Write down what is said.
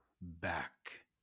back